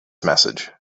message